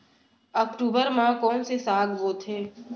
अक्टूबर मा कोन से साग बोथे?